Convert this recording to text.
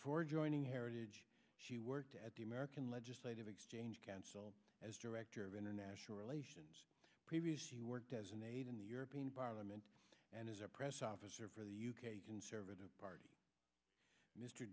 before joining heritage she worked at the american legislative exchange council as director of international relations previously worked as an aide in the european parliament and is a press officer for the u k conservative party mr